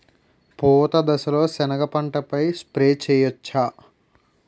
పూత దశలో సెనగ పంటపై స్ప్రే చేయచ్చా?